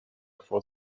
for